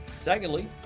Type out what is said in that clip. Secondly